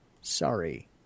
sorry